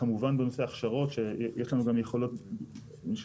כמובן בנושא הכשרות שיש לנו גם יכולות של